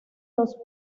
dos